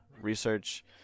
research